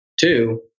Two